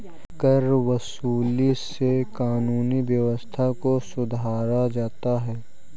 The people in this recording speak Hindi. करवसूली से कानूनी व्यवस्था को सुधारा जाता है